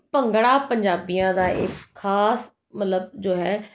ਭੰਗੜਾ ਪੰਜਾਬੀਆਂ ਦਾ ਇੱਕ ਖ਼ਾਸ ਮਤਲਬ ਜੋ ਹੈ